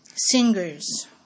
Singers